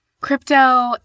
crypto